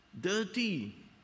dirty